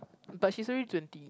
but she is already twenty